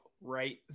right